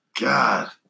God